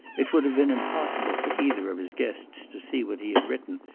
it would have been impossible for either of his guests to see what he had written,